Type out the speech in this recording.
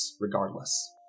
regardless